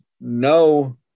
no